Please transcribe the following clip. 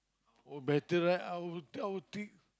oh better right I'll tell I think